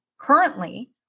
currently